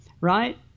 right